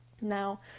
Now